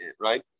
Right